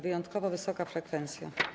Wyjątkowo wysoka frekwencja.